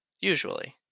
Usually